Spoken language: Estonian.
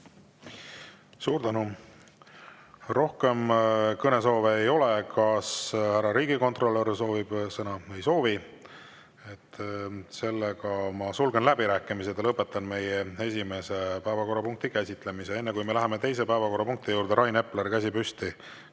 Suur tänu! Rohkem kõnesoove ei ole. Kas härra riigikontrolör soovib sõna? Ei soovi. Ma sulgen läbirääkimised ja lõpetan meie esimese päevakorrapunkti käsitlemise. Enne kui me läheme teise päevakorrapunkti juurde, on Rain Epleril käsi püsti,